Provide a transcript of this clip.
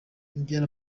ibyari